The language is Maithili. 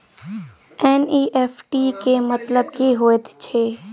एन.ई.एफ.टी केँ मतलब की हएत छै?